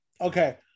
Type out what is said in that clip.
Okay